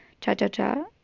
Cha-Cha-Cha